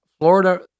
Florida